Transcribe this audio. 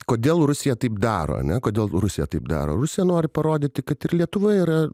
kodėl rusija taip daro ane kodėl rusija taip daro rusija nori parodyti kad ir lietuva yra